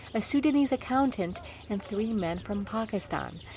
a sudanese accountant and three men from pakistan.